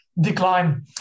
decline